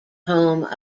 home